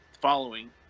following